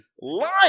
lying